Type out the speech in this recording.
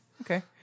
okay